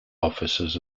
officers